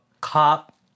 cop